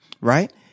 right